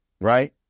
right